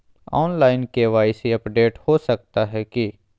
Online KYC update हो सको है की?